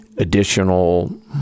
Additional